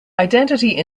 identity